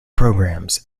programs